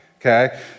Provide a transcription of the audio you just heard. Okay